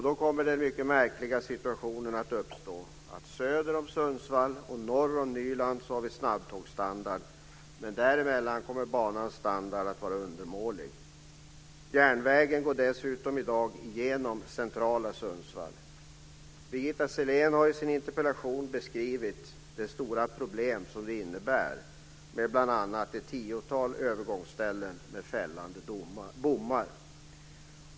Då kommer den mycket märkliga situationen att uppstå att vi söder om Sundsvall och norr om Nyland har snabbtågsstandard, medan banans standard däremellan kommer att vara undermålig. Dessutom går järnvägen i dag genom centrala Sundsvall. Birgitta Sellén har i sin interpellation beskrivit det stora problem som bl.a. ett tiotal övergångsställen med fällande bommar innebär.